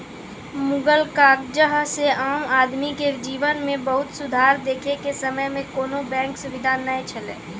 मुगल काजह से आम आदमी के जिवन मे बहुत सुधार देखे के समय मे कोनो बेंक सुबिधा नै छैले